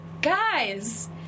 Guys